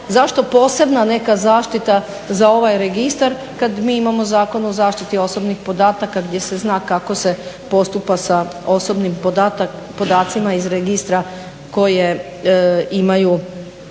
zašto posebna neka zaštita za ovaj registar kad mi imamo Zakon o zaštiti osobnih podataka gdje se zna kako se postupa sa osobnim podacima iz registra koje imaju